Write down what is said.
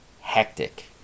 hectic